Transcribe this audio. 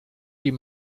die